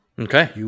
okay